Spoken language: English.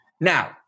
Now